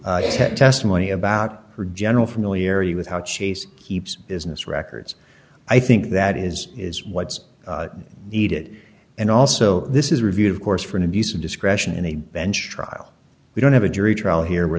testimony about her general familiarity with how chase keeps business records i think that is is what's needed and also this is a review of course for an abuse of discretion in a bench trial we don't have a jury trial here where